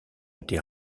été